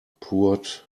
poured